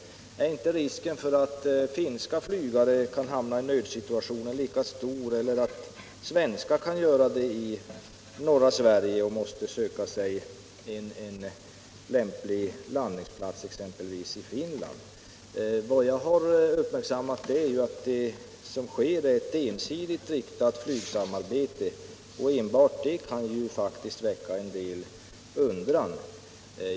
Är inte risken lika stor för att finska flygare kan hamna i en nödsituation — eller att svenska flygare kan göra det i norra Sverige och måste söka sig en lämplig landningsplats i Finland? Vad jag har uppmärksammat är att det är fråga om ett ensidigt riktat flygsamarbete. Enbart det kan faktiskt väcka en del undran.